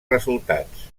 resultats